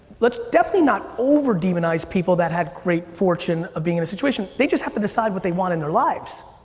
let's definitely not over demonize people that had great fortune of being in a situation. they just have to decide what they want in their lives.